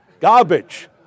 Garbage